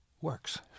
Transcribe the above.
works